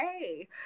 hey